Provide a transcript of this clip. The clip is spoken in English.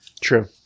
True